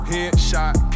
Headshot